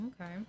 Okay